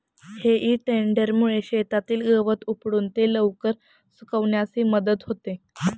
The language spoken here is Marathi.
हेई टेडरमुळे शेतातील गवत उपटून ते लवकर सुकण्यासही मदत होते